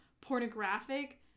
pornographic